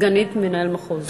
סגנית מנהל מחוז.